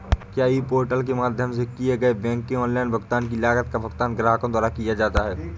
क्या e portal के माध्यम से किए गए बैंक के ऑनलाइन भुगतान की लागत का भुगतान ग्राहकों द्वारा किया जाता है?